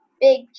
big